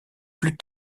plus